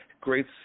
Great